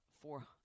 four